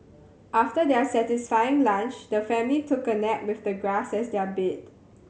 after their satisfying lunch the family took a nap with the grass as their bed